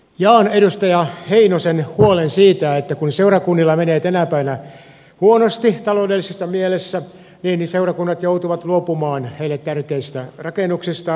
jaan edustaja heinosen huolen siitä että kun seurakunnilla menee tänä päivänä huonosti ta loudellisessa mielessä niin seurakunnat joutuvat luopumaan heille tärkeistä rakennuksista